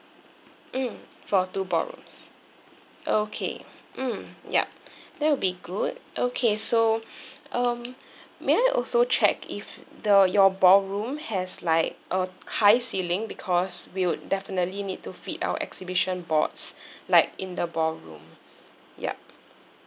mm for two ballrooms okay mm yup that would be good okay so um may I also check if the your ballroom has like a high ceiling because we would definitely need to fit our exhibition boards like in the ballroom yup